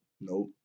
Nope